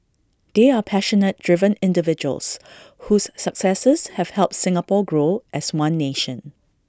they are passionate driven individuals whose successes have helped Singapore grow as one nation